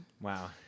Wow